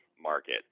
market